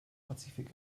pazifik